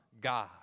God